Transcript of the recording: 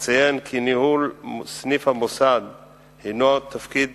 אציין כי ניהול סניף המוסד הוא תפקיד